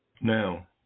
Now